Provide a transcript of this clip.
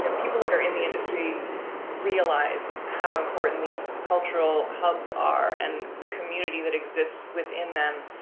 you know people that are in the industry realize how important these cultural hubs are and the community that exists within them.